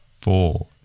Four